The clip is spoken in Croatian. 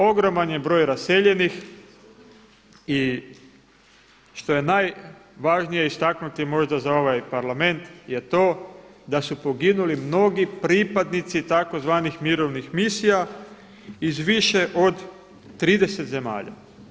Ogroman je broj raseljenih i što je najvažnije istaknuti možda za ovaj Parlament je to da su poginuli mnogi pripadnici tzv. mirovnih misija iz više od 30 zemalja.